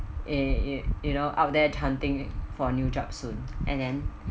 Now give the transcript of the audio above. eh you know out there hunting for new job soon and then